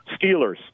Steelers